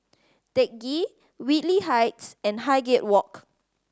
Teck Ghee Whitley Heights and Highgate Walk